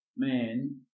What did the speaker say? Man